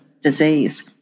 disease